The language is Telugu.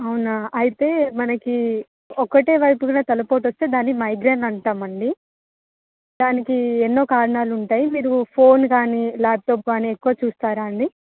అవునా అయితే మనకి ఒక వైపు కనుక తలపోటు వస్తే దాన్ని మైగ్రేన్ అంటాం అండి దానికి ఎన్నో కారణాలు ఉంటాయి మీరు ఫోన్ కానీ ల్యాప్టాప్ కానీ ఎక్కువ చూస్తారా అండి